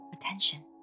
attention